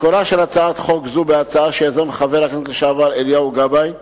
מקורה של הצעת חוק זו בהצעה שיזם חבר הכנסת לשעבר אליהו גבאי,